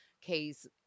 case